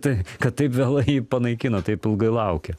tai kad taip vėlai jį panaikino taip ilgai laukė